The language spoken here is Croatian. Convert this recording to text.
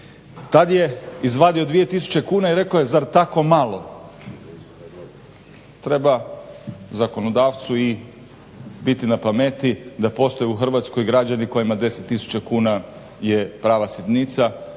tad je izvadio 2000 kuna i rekao zar tako malo. Treba zakondavcu biti i na pameti da postoji u Hrvatskoj građani kojima 10 tisuća kuna je prava sitnica.